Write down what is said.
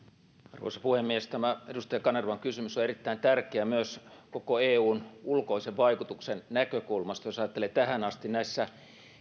arvoisa puhemies tämä edustaja kanervan kysymys on erittäin tärkeä myös koko eun ulkoisen vaikutuksen näkökulmasta jos ajattelee että tähän asti näissä